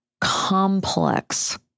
complex